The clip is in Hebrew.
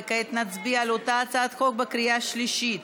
וכעת נצביע על אותה הצעת חוק בקריאה שלישית.